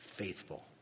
faithful